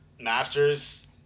Masters